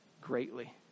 greatly